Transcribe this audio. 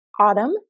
autumn